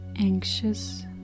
anxious